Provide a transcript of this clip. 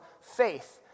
faith